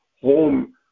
home